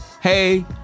hey